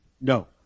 no